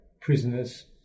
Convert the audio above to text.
prisoners